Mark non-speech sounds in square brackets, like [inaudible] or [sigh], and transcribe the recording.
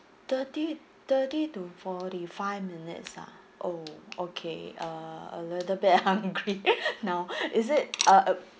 thirty thirty to forty five minutes ah oh okay uh a little bit hungry [laughs] now is it uh